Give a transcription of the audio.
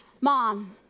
Mom